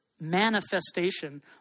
manifestation